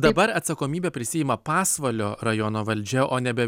dabar atsakomybę prisiima pasvalio rajono valdžia o nebe